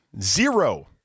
Zero